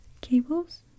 cables